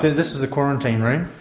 this is the quarantine room,